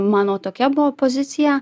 mano tokia buvo pozicija